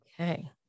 Okay